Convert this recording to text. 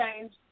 change